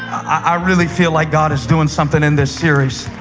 i really feel like god is doing something in this series.